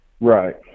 Right